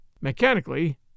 Mechanically